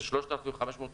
זה 3,500 הרוגים.